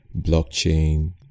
blockchain